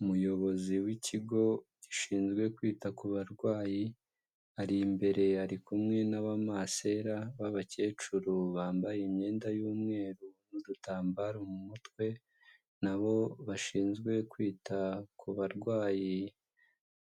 Umuyobozi w'ikigo gishinzwe kwita ku barwayi, ari imbere, ari kumwe n'abamasera b'abakecuru bambaye imyenda y'umweru n'udutambaro mu mutwe na bo bashinzwe kwita ku barwayi